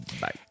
bye